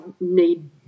need